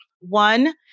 One